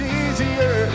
easier